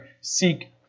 Seek